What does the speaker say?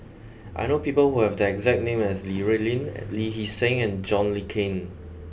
I know people who have the exact name as Li Rulin Lee Hee Seng and John Le Cain